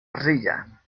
arcilla